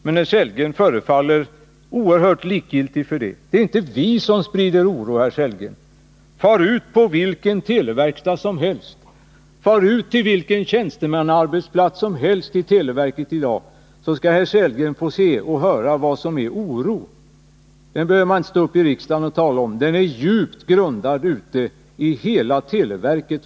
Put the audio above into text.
Men här Sellgren förefaller oerhört likgiltig för det. Det är inte vi som sprider oro, herr Sellgren. Far ut till vilken televerkstad som helst eller vilken tjänstemannaarbetsplats inom televerket som helst, så skall herr Sellgren få se och höra på oro! Den behöver man inte uppamma från riksdagens talarstol — den är djupt grundad i hela televerket.